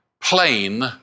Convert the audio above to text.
plain